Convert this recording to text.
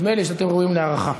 נדמה לי שאתם ראויים להערכה,